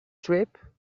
trip